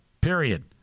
period